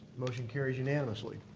motion carries unanimously.